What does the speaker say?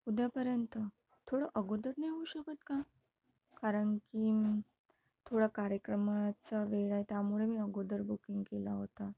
उद्यापर्यंत थोडं अगोदर नाही होऊ शकत का कारण की थोडा कार्यक्रमाचा वेळ आहे त्यामुळे मी अगोदर बुकिंग केला होता